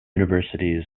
universities